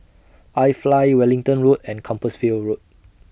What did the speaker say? IFly Wellington Road and Compassvale Road